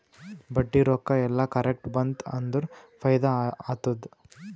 ಬಡ್ಡಿ ರೊಕ್ಕಾ ಎಲ್ಲಾ ಕರೆಕ್ಟ್ ಬಂತ್ ಅಂದುರ್ ಫೈದಾ ಆತ್ತುದ್